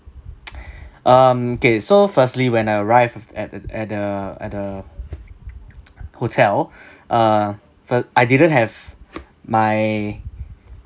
um okay so firstly when I arrived at the at the at the hotel uh f~ I didn't have my